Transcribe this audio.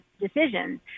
decisions